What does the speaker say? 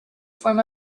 form